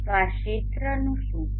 તો આ ક્ષેત્ર શું છે